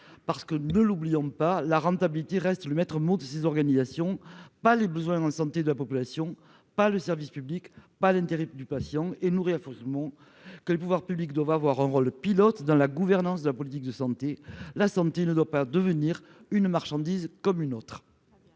parce que ne l'oublions pas, la rentabilité reste le maître mot de ces organisations pas les besoins en santé de la population pas le service public pas l'intérêt du patient et à force. Que les pouvoirs publics doivent avoir un rôle pilote dans la gouvernance de la politique de santé la santé ne doit pas devenir une marchandise comme une autre.